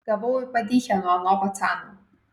gavau į padychę nuo ano pacano